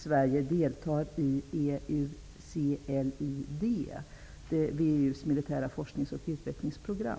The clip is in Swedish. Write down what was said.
Sverige deltar i EUCLID, WEU:s militära forsknings och utvecklingsprogram.